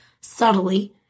subtly